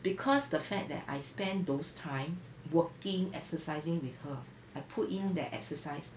because the fact that I spend those time working exercising with her I put in that exercise